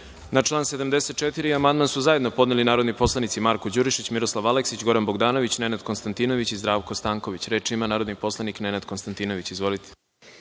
član 74. amandman su zajedno podneli narodni poslanici Marko Đurišić, Miroslav Aleksić, Goran Bogdanović, Nenad Konstantinović i Zdravko Stanković. Reč ima narodni poslanik Nenad Konstantinović. Izvolite.